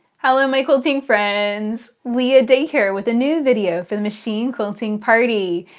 hello my quilting friends. leah day here with a new video for the machine-quilting party.